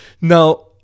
now